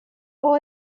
all